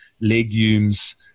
legumes